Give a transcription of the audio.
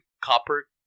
copper